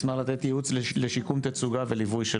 ישמח לתת ייעוץ לשיקום תצוגה וליווי.